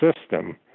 system